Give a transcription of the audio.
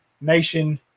Nation